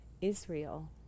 Israel